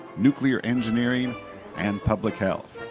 nuclear engineering and public health.